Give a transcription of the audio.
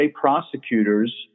prosecutors